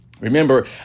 Remember